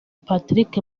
patrick